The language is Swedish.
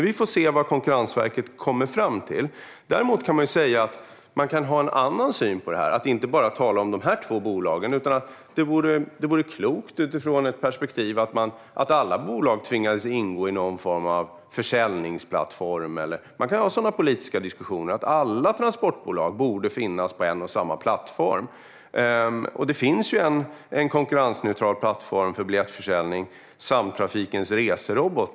Vi får se vad Konkurrensverket kommer fram till. Sedan kan man ha en annan syn på detta och inte bara tala om de här två bolagen utan om att det vore klokt utifrån ett perspektiv att alla bolag tvingas ingå i någon form av försäljningsplattform. Man kan ha politiska diskussioner om att alla transportbolag borde finnas på en och samma plattform. Det finns ju en konkurrensneutral plattform för biljettförsäljning: Samtrafikens Resrobot.